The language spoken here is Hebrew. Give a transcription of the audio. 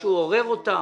מישהו עורר אותה.